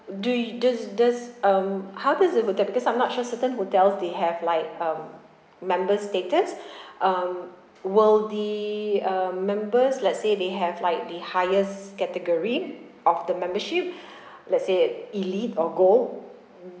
do you does does um how does it work that I'm not sure certain hotels they have like um members' status um will the um members let's say they have like the highest category of the membership lets say elite or gold